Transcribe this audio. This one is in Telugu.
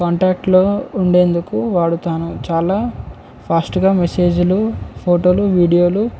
కాంటాక్ట్లో ఉండేందుకు వాడతాను చాలా ఫాస్ట్గా మెసేజ్లు ఫోటోలు వీడియోలు